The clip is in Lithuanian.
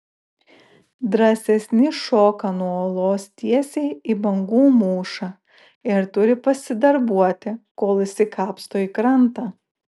drąsesni šoka nuo uolos tiesiai į bangų mūšą ir turi pasidarbuoti kol išsikapsto į krantą